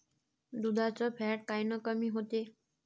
दुधाचं फॅट कायनं कमी होते?